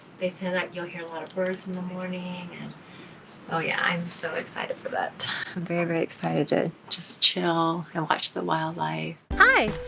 they say that you'll hear a lot of birds in the morning and oh yeah, i'm so excited for that. i'm very, very excited to just chill and watch the wildlife. hi!